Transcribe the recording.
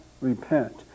repent